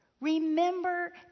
remember